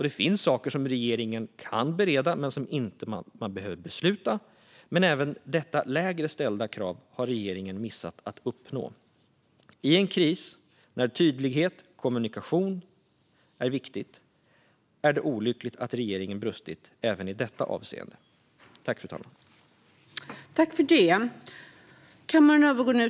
Det finns saker som regeringen kan bereda men inte behöver besluta, men även detta lägre ställda krav har regeringen missat att uppnå. I en kris, när det är viktigt med tydlig kommunikation, är det olyckligt att regeringen brustit även i detta avseende. Vissa frågor om regeringens förhållande till riksdagen